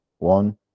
one